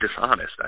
dishonest